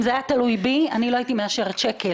אם זה היה תלוי בי, לא הייתי מאשרת שקל.